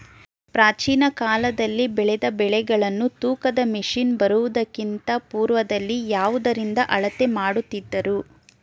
ಪ್ರಾಚೀನ ಕಾಲದಲ್ಲಿ ಬೆಳೆದ ಬೆಳೆಗಳನ್ನು ತೂಕದ ಮಷಿನ್ ಬರುವುದಕ್ಕಿಂತ ಪೂರ್ವದಲ್ಲಿ ಯಾವುದರಿಂದ ಅಳತೆ ಮಾಡುತ್ತಿದ್ದರು?